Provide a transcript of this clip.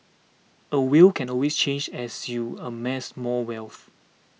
a will can always change as you amass more wealth